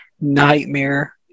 nightmare